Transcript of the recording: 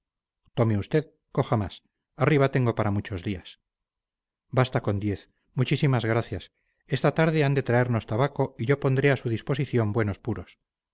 tome usted coja más arriba tengo para muchos días basta con diez muchísimas gracias esta tarde han de traernos tabaco y yo pondré a su disposición buenos puros